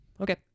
Okay